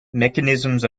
mechanisms